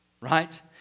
Right